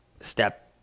step